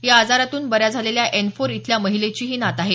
या आजरातून बर्या झालेल्या एन फोर इथल्या महिलेची ही नात आहे